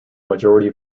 majority